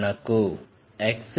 మనకు xlz